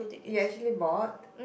you actually bought